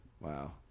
Wow